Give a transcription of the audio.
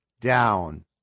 down